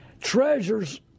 Treasures